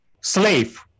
slave